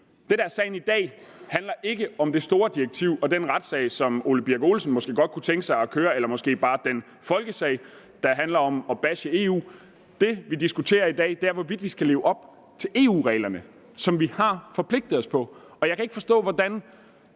det handler om i dag, er ikke det store direktiv og den retssag, som hr. Ole Birk Olesen måske godt kunne tænke sig at køre – eller måske bare den folkesag, der handler om at bashe EU. Det, som vi diskuterer i dag, er, hvorvidt vi skal leve op til EU-reglerne, som vi har forpligtet os på. Jeg kan ikke forstå, hvordan